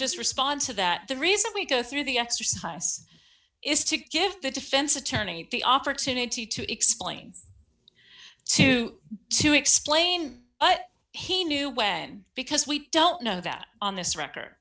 just respond to that the reason we go through the exercise is to give the defense attorney the opportunity to explain to to explain what he knew when because we don't know that on this rec